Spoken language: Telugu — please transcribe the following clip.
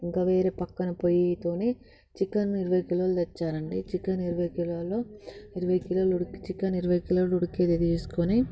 ఇంక వేరే పక్కన పోయితో చికెన్ ఇరవై కిలోలు తెచ్చారండి చికెన్ ఇరవై కిలోలు ఇరవై కిలోలు చికెన్ ఇరవై కిలోలు ఉడికే గిన్నె తీసుకొని